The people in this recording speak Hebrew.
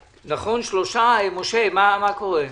משה, מה קורה?